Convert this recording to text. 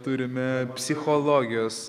turime psichologijos